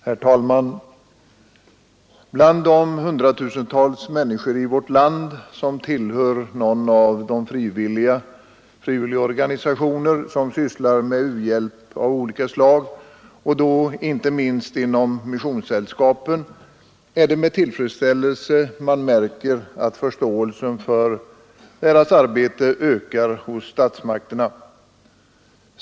Herr talman! Bland de hundratusentals människor i vårt land som tillhör någon av de frivilliga organisationer som sysslar med u-hjälp av olika slag — och då inte minst inom missionssällskapen — är det med tillfredsställelse man märker att förståelsen för deras arbete ökar hos statsmakterna.